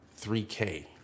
3K